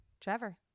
Trevor